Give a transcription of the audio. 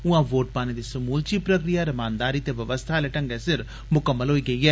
उऊां vote पाने दी समूलची प्रक्रिया रमानदारी ते व्यवस्था आले ढंगै सिर मुकम्मल होई गेई ऐ